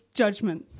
judgment